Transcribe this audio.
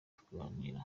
tuganira